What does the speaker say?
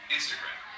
Instagram